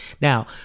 Now